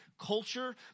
culture